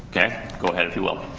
okay go ahead if you will